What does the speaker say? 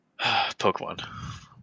Pokemon